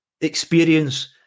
experience